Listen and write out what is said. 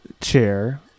chair